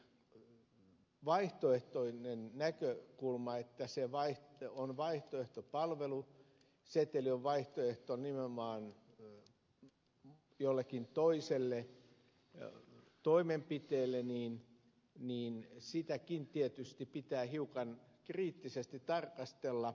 mutta sitäkin näkökulmaa että palveluseteli on vaihtoehto nimenomaan jollekin toiselle toimenpiteelle tietysti pitää hiukan kriittisesti tarkastella